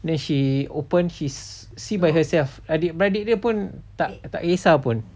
then she open his seat by herself adik-beradik dia pun tak tak kisah pun